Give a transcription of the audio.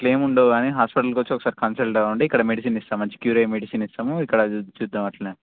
అట్లేముండవు గానీ హాస్పిటల్కొచ్చి ఒకసారి కన్సల్ట్ అవ్వండి ఇక్కడ మెడిసన్ ఇస్తాము మంచి క్యూర్ అయ్యే మెడిసన్ ఇస్తాము ఇక్కడ చూద్దాము అట్లనే